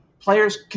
Players